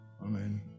Amen